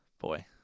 Boy